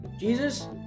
Jesus